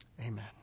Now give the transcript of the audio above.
Amen